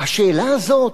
השאלה הזאת,